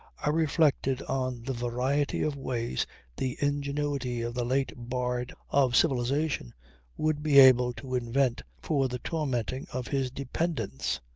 i reflected on the variety of ways the ingenuity of the late bard of civilization would be able to invent for the tormenting of his dependants.